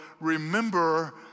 remember